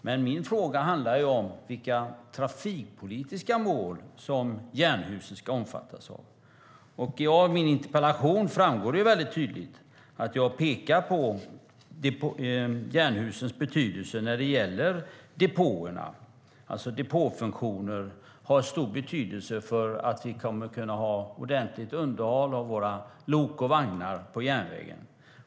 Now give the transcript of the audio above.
Men min fråga handlar om vilka trafikpolitiska mål som Jernhusen ska omfattas av. I min interpellation pekar jag tydligt på Jernhusens betydelse när det gäller depåer. Depåfunktioner har stor betydelse för att vi kan ha ordentligt underhåll av våra lok och vagnar på järnvägen.